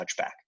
touchback